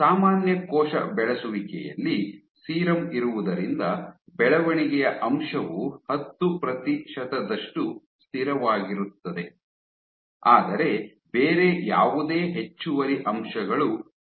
ಸಾಮಾನ್ಯ ಕೋಶ ಬೆಳೆಸುವಿಕೆಯಲ್ಲಿ ಸೀರಮ್ ಇರುವುದರಿಂದ ಬೆಳವಣಿಗೆಯ ಅಂಶವು ಹತ್ತು ಪ್ರತಿಶತದಷ್ಟು ಸ್ಥಿರವಾಗಿರುತ್ತದೆ ಆದರೆ ಬೇರೆ ಯಾವುದೇ ಹೆಚ್ಚುವರಿ ಅಂಶಗಳು ಇರಲಿಲ್ಲ